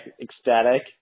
ecstatic